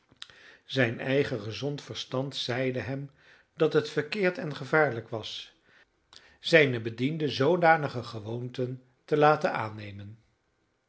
zijn eigen gezond verstand zeide hem dat het verkeerd en gevaarlijk was zijne bedienden zoodanige gewoonten te laten aannemen